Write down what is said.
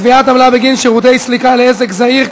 קביעת עמלה בגין שירותי סליקה לעסק זעיר,